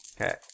Okay